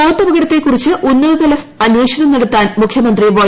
ബോട്ടപകടത്തെക്കുറിച്ച് ഉന്നതതല അന്വേഷണം നടത്താൻ മുഖ്യമന്ത്രി വൈ